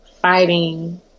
fighting